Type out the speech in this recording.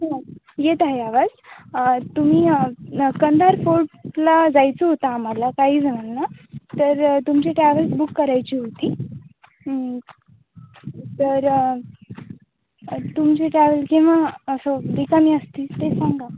हो येत आहे आवाज तुम्ही कंधार फोर्टला जायचं होतं आम्हाला काही जणांना तर तुमची ट्रॅव्हल्स बुक करायची होती तर तुमचे ट्रॅव्हल्स केव्हा असं रिकामी असतील ते सांगा